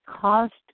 cost